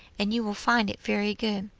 and you will find it very good.